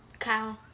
Cow